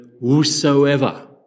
whosoever